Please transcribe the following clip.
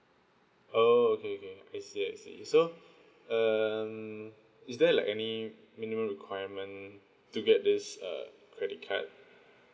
oh okay okay I see I see so um is there like any minimum requirement to get this uh credit card